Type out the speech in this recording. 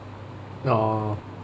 orh